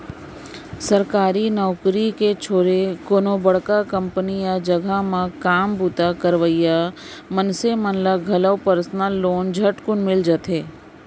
सरकारी नउकरी के छोरे कोनो बड़का कंपनी या जघा म काम बूता करइया मनसे मन ल घलौ परसनल लोन ह झटकुन मिलथे